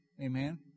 Amen